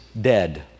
dead